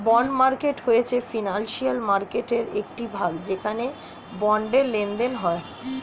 bond market হয়েছে financial মার্কেটয়ের একটি ভাগ যেখানে বন্ডের লেনদেন হয়